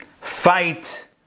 fight